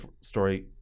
story